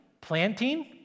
planting